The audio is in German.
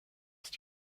ist